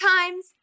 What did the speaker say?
times